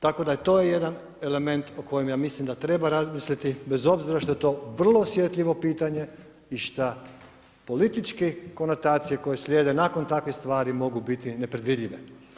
Tako da je to jedan element o kojem, ja mislim, da treba razmisliti, bez obzira što je to vrlo osjetljivo pitanje i šta političke konotacije koje slijede nakon takvih stvari, mogu biti nepredvidljive.